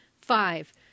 Five